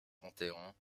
panthéon